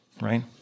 right